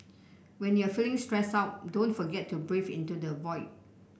when you are feeling stressed out don't forget to breathe into the void